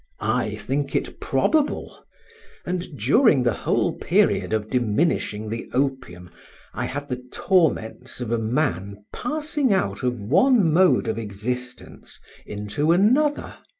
i think it probable and during the whole period of diminishing the opium i had the torments of a man passing out of one mode of existence into another.